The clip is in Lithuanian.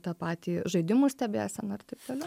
tą patį žaidimų stebėseną ir taip toliau